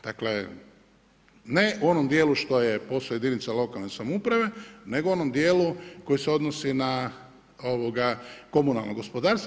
Dakle ne u onom dijelu što je posao jedinica lokalne samouprave nego u onom dijelu koji se odnosi na komunalno gospodarstvo.